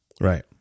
Right